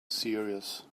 serious